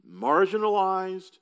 marginalized